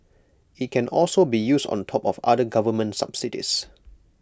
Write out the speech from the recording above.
IT can also be used on top of other government subsidies